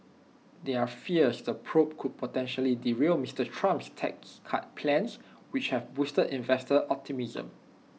there are fears the probe could potentially derail Mister Trump's tax cut plans which have boosted investor optimism